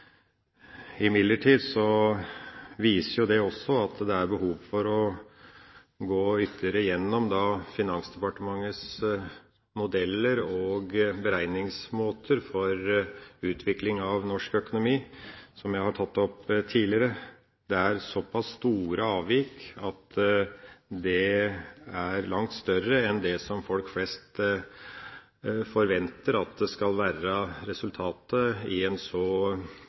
Imidlertid viser det også at det er behov for å gå ytterligere igjennom Finansdepartementets modeller og beregningsmåter for utvikling av norsk økonomi, som jeg har tatt opp tidligere. Det er såpass store avvik, og de er langt større enn det folk flest forventer at resultatet skal være i en så